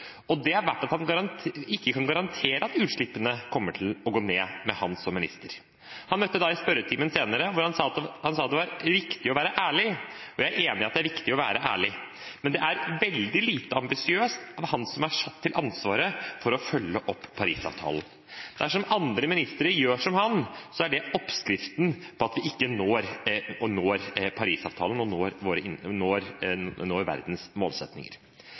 og det var at han ikke kunne garantere at utslippene kommer til å gå ned med ham som minister. Han møtte i spørretimen senere, hvor han sa at det var viktig å være ærlig. Jeg er enig i at det er viktig å være ærlig, men det er veldig lite ambisiøst av ham som er satt til å ha ansvaret for å følge opp Paris-avtalen. Dersom andre ministre gjør som ham, er det oppskriften på at vi ikke når målene i Paris-avtalen og